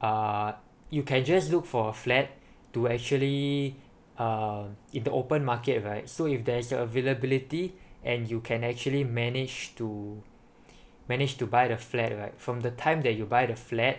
uh you can just look for a flat to actually uh in the open market right so if there is a availability and you can actually manage to manage to buy the flat right from the time that you buy the flat